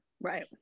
Right